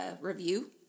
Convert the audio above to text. review